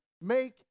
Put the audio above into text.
make